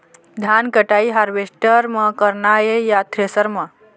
धान कटाई हारवेस्टर म करना ये या थ्रेसर म?